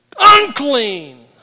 unclean